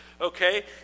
okay